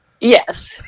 Yes